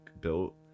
built